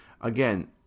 Again